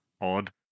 odd